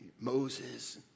Moses